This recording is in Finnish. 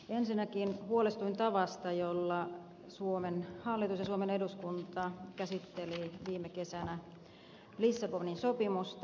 ensinnäkin huolestuin tavasta jolla suomen hallitus ja suomen eduskunta käsitteli viime kesänä lissabonin sopimusta